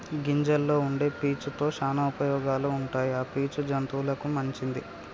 గింజల్లో వుండే పీచు తో శానా ఉపయోగాలు ఉంటాయి ఆ పీచు జంతువులకు మంచిది